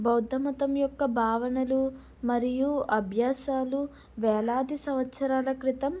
బౌద్ధమతం యొక్క భావనలు మరియు అభ్యాసాలు వేలాది సంవత్సరాల క్రితం